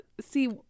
See